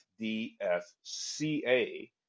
fdfca